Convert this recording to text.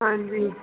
ਹਾਂਜੀ